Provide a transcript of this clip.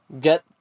get